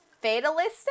fatalistic